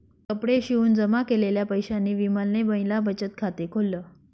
कपडे शिवून जमा केलेल्या पैशांनी विमलने महिला बचत खाते खोल्ल